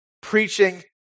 preaching